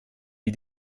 wie